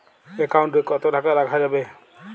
Account কত টাকা রাখা যাবে?